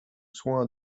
soins